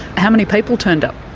how many people turned up?